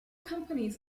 companies